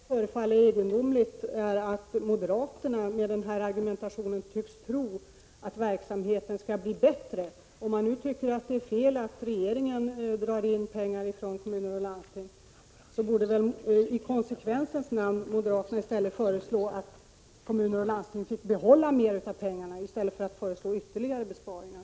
Herr talman! För mig förefaller det egendomligt att moderaterna enligt denna argumentation tycks tro att verksamheten skall bli bättre. Om moderaterna tycker att det är fel att regeringen drar in pengar från kommuner och landsting, borde de i konsekvensens namn i stället föreslå att kommuner och landsting skall få behålla mera av pengarna. De föreslår tvärtom ytterligare besparingar.